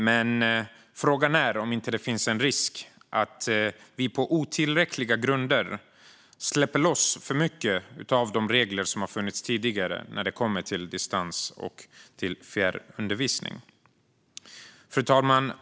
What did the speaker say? Men frågan är om det inte finns en risk att vi på otillräckliga grunder släpper för många av de regler som funnits tidigare för distans och fjärrundervisning. Fru talman!